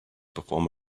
perform